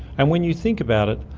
and when you think about it,